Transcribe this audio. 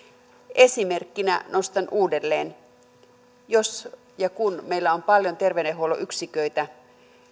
esimerkkinä nostan uudelleen jos ja kun meillä on paljon terveydenhuollon yksiköitä